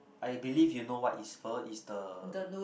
I believe you know what is pho is the